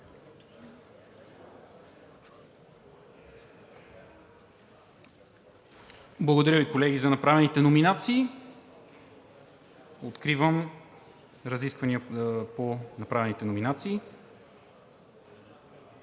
Благодаря Ви, колеги, за направените номинации. Откривам разискванията по направените номинации.